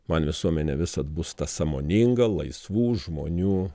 man visuomenė visad bus ta sąmoninga laisvų žmonių